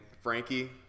Frankie